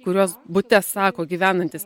kuriuos bute sako gyvenantis